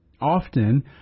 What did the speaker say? Often